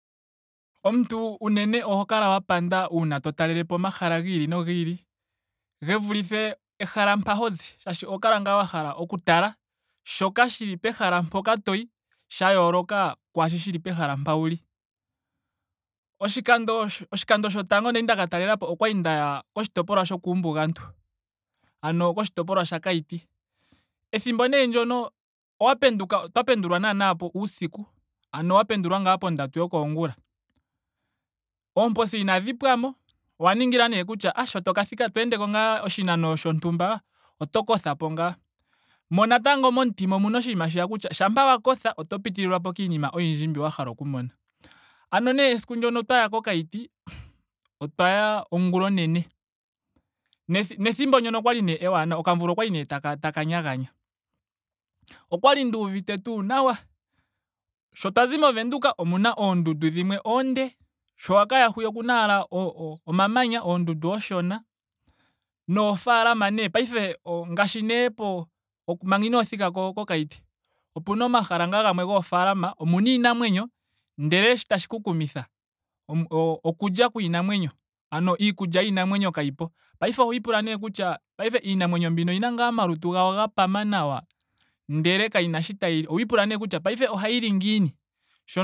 Omuntu unene oho kala wa panda uuna to talelepo omahala giili nogiili. ge vulithe ehala mpo ho zi. Shaashi oho kala ngaa wa hala oku tala shoka shili pehala mpoka toyi sha yooloka kwaashoka shili pehala mpoka wuli oshikando oshikando shotango kwali ndaka talelapo okwali ndaya koshitopolwa shokuumbugantu. Ano koshitopolwa sha kaiti. Ethimbo ndee ndyoka owa penduka otwa pendulwa naana uusiku. Ano wa pendulwa koo pondatu yokoongula. Oomposi inadhi pwa mo. owa ningila nee kutya ohh sho toka thika to endeko ngaa oshinano shontumba oto kothapo ngaa. Mo natango momutima omuna oshinima shiya kutya shampa wa kotha oto pitililwapo kiinima oyindji mbi wa hala oku mona. Ano nee esiku ndyono twa ya ko kaiti. otwaya ongula onene. Nethimb nethimbo ndyoka okwali nee eewanawa. Okamvula okwali nee taka taka nyaganya. Okwali nduuvite tuu nawa. Sho twa zi mo windhoek omuna oondundu dhimwe oonde. sho wa ka ya hwiya okuna ashike omamanya. oondundu oonshona. noofalama nee. Paife o- ngaashi nee po manga inoo thika ko- ko kaiti. opuna nee omahala ngaa gamwe goofaalama. omuna iinamwenyo. ndele shi tashi ku kumitha o- okulya kwiinamwenyo. ano iikulya yiinamwenyo kayipo. Paife oho ipula nee kutya paife iinamwenyo mbika oyina ngaa omalutu gayo ga pama nawa. ndele kayina sho tayi li. Oho ipula nee kutya paife ohayi li ngiini shono